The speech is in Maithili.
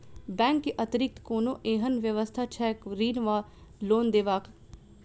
बैंक केँ अतिरिक्त कोनो एहन व्यवस्था छैक ऋण वा लोनदेवाक?